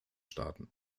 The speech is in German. staaten